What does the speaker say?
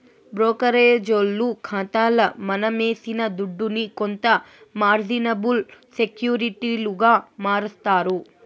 బ్రోకరేజోల్లు కాతాల మనమేసిన దుడ్డుని కొంత మార్జినబుల్ సెక్యూరిటీలుగా మారస్తారు